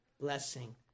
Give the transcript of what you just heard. blessing